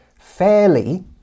fairly